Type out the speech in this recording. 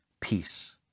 peace